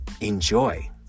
Enjoy